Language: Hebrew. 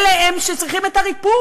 אלה הם שצריכים את הריפוד.